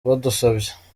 badusabye